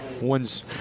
One's